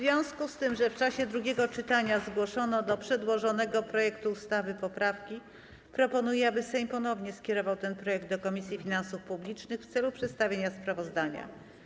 W związku z tym, że w czasie drugiego czytania zgłoszono do przedłożonego projektu ustawy poprawki, proponuję, aby Sejm ponownie skierował ten projekt do Komisji Finansów Publicznych w celu przedstawienia sprawozdania.